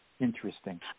interesting